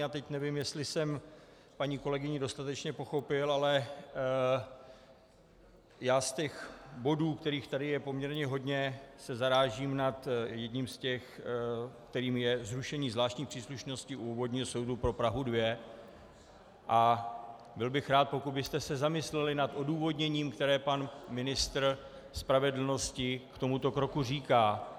A teď nevím, jestli jsem paní kolegyni dostatečně pochopil, ale já z těch bodů, kterých je tady poměrně hodně, se zarážím nad jedním z těch, kterým je zrušení zvláštní příslušnosti u Obvodního soudu pro Prahu 2, a byl bych rád, pokud byste se zamysleli nad odůvodněním, které pan ministr spravedlnosti k tomuto kroku říká.